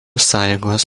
sąjungos